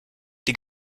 die